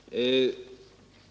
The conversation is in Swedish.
Herr talman!